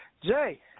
Jay